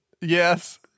Yes